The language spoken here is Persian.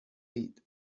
اید